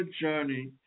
journey